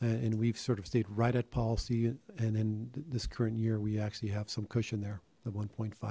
and we've sort of stayed right at policy and in this current year we actually have some cushion there at one point five